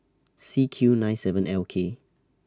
C Q nine seven L K